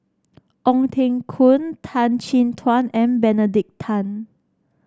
Ong Teng Koon Tan Chin Tuan and Benedict Tan